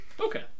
Okay